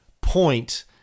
point